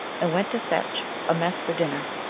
and went to fetch a mess for din ner.